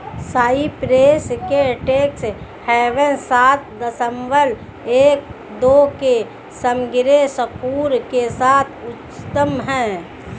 Cyprus के tax havens सात दशमलव एक दो के समग्र स्कोर के साथ उच्चतम हैं